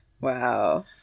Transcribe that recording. Wow